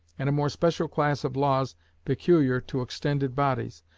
and a more special class of laws peculiar to extended bodies,